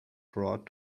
brought